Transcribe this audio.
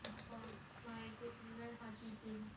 for my group we went haji lane